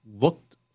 looked